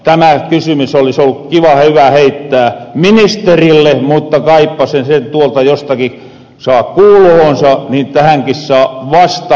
tämä kysymys olis ollu hyvä heittää ministerille mutta kaippa se sen tuolta jostakin saa kuulohoonsa niin että tähänkin saa vastauksen